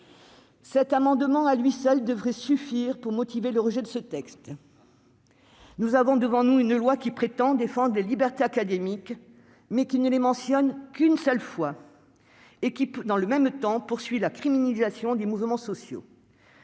Cette mesure, à elle seule, devrait suffire pour motiver le rejet de ce texte. Nous avons devant nous un texte qui prétend défendre les libertés académiques, mais qui ne les mentionne qu'une seule fois et qui, dans le même temps, poursuit la criminalisation des mouvements sociaux.